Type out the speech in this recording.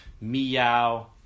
meow